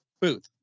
Booth